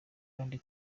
kandi